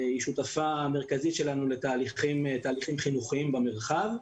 היא שותפה מרכזית שלנו לתהליכים חינוכיים במרחב.